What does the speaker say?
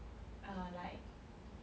err like